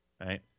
Right